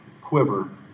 quiver